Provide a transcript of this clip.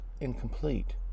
incomplete